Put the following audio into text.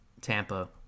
Tampa